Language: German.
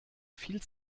viel